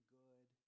good